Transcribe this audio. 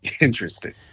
Interesting